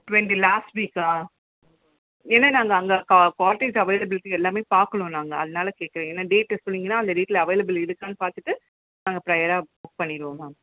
twenty last வீக்கா ஏன்னா நாங்கள் அங்கே க கார்ட்டேஜ் அவைலபிளிட்டி எல்லாமே பார்க்கணும் நாங்கள் அதனால் கேட்குறேன் ஏன்னா டேட்ட சொன்னீங்கன்னால் அந்த டேட்ல அவைலபிள் இருக்கான்னு பார்த்துட்டு நாங்கள் ப்ரையராக புக் பண்ணிடுவோம் மேம்